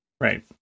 Right